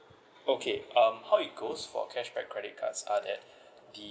okay um how it goes for cashback credit cards are that the